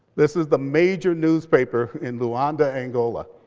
this is the major newspaper in luanda, angola.